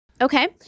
Okay